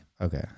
Okay